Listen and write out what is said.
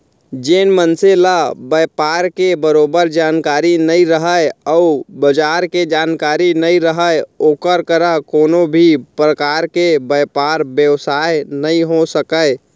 जेन मनसे ल बयपार के बरोबर जानकारी नइ रहय अउ बजार के जानकारी नइ रहय ओकर करा कोनों भी परकार के बयपार बेवसाय नइ हो सकय